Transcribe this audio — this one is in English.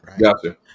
gotcha